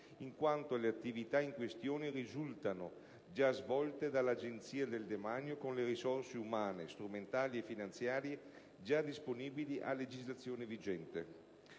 in quanto le attività in questione risultano già svolte dall'Agenzia del demanio con le risorse umane, strumentali e finanziarie già disponibili a legislazione vigente;